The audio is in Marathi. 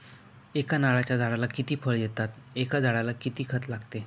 एका नारळाच्या झाडाला किती फळ येतात? एका झाडाला किती खत लागते?